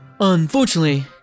unfortunately